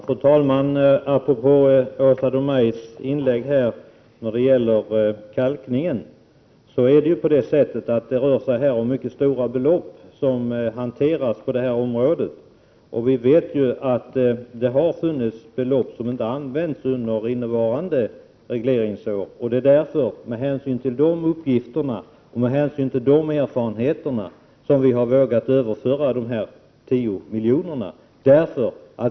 Fru talman! Apropå det som Åsa Domeij sade i sitt inlägg om kalkning vill jag understryka att det här rör sig om mycket stora belopp. Dessutom vet vi ju att det har förekommit att belopp inte har använts under innevarande regleringsår. Med hänsyn till dessa uppgifter och till gjorda erfarenheter har vi vågat föra över de 10 miljonerna.